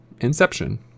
Inception